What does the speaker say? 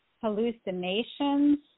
hallucinations